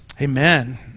amen